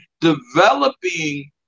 developing